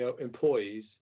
employees